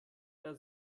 der